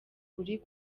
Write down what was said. uri